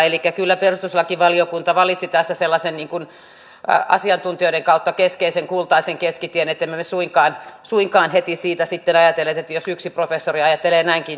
elikkä kyllä perustuslakivaliokunta valitsi tässä asiantuntijoiden kautta sellaisen kultaisen keskitien ettemme me suinkaan heti siitä sitten ajatelleet että yksi professori ajattelee näinkin tiukasti